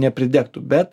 nepridegtų bet